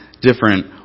different